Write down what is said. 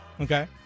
Okay